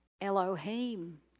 Elohim